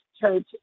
Church